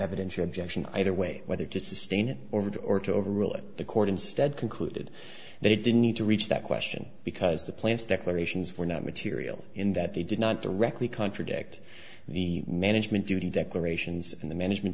evidence or objection either way whether to sustain it or would or to overrule it the court instead concluded that it didn't need to reach that question because the plants declarations were not material in that they did not directly contradict the management duty declarations in the management